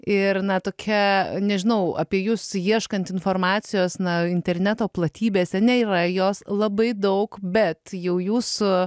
ir na tokia nežinau apie jus ieškant informacijos na interneto platybėse nėra jos labai daug bet jau jūsų